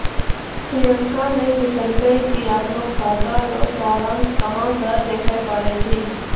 प्रियंका ने पूछलकै कि अपनो खाता रो सारांश कहां से देखै पारै छै